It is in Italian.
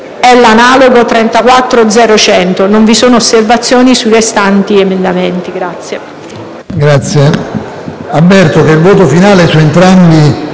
e l'analogo 34.0.100. Non vi sono osservazioni sui restanti emendamenti».